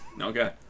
Okay